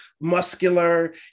muscular